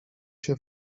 się